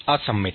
અસંમિત